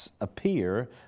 appear